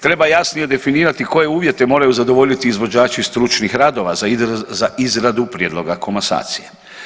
Treba jasnije definirati koje uvjete moraju zadovoljiti izvođači stručnih radova za izradu prijedloga komasacije.